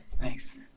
Thanks